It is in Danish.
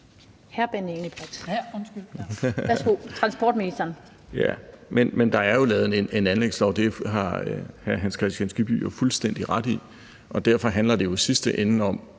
Der er lavet en anlægslov – det har hr. Hans Kristian Skibby jo fuldstændig ret i – og derfor handler det i sidste ende om,